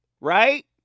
Right